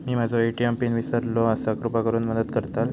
मी माझो ATM PIN इसरलो आसा कृपा करुन मदत करताल